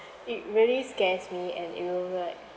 it really scares me and you know like